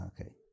okay